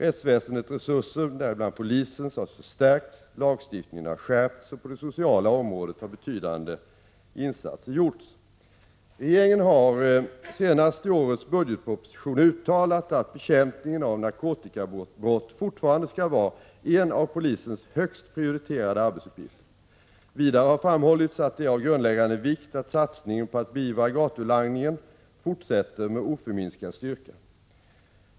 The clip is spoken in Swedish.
Rättsväsendets resurser, däribland polisens, har förstärkts, lagstiftningen har skärpts och på det sociala området har betydande insatser gjorts. Regeringen har senast i årets budgetproposition uttalat att bekämpningen av narkotikabrott fortfarande skall vara en av polisens högst prioriterade arbetsuppgifter. Vidare har framhållits att det är av grundläggande vikt att satsningen på att beivra gatulangningen fortsätter med oförminskad styrka.